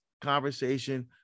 conversation